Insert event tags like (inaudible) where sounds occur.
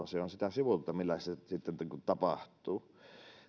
(unintelligible) se on sitä sivutuotetta millä se sitten tapahtuu